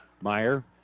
Meyer